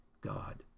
God